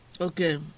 okay